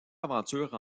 aventure